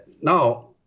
now